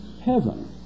heaven